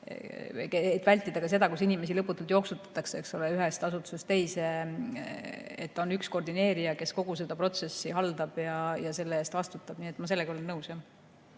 et vältida seda, kus inimesi lõputult jooksutatakse ühest asutusest teise. On üks koordineerija, kes kogu seda protsessi haldab ja selle eest vastutab. Nii et ma olen